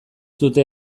dute